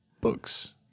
books